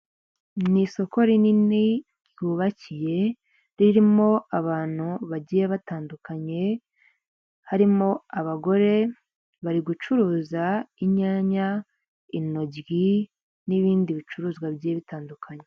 Ni isoko rinini ryubakiye ririmo abantu bagiye batandukanye, harimo abagore bari gucuruza inyanya, intoryi n'ibindi bicuruzwa bigiye bitandukanye.